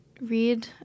read